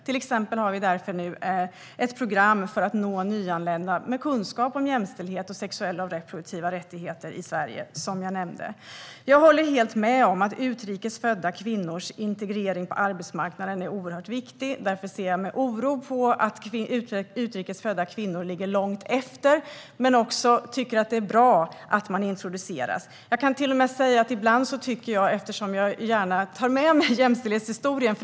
Därför har vi till exempel ett program nu för att nå nyanlända med kunskap om jämställdhet och sexuella och reproduktiva rättigheter i Sverige, som jag nämnde. Jag håller helt med om att utrikes födda kvinnors integrering på arbetsmarknaden är oerhört viktig. Därför ser jag med oro på att utrikes födda kvinnor ligger långt efter. Men det är bra att de introduceras. Jag tar gärna med mig jämställdhetshistorien.